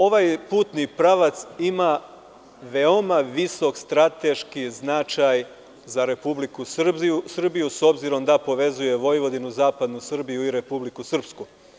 Ovaj putni pravac ima veoma visok strateški značaj za RS s obzirom da povezuje Vojvodinu, zapadnu Srbiju i Republiku Srpsku.